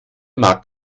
mag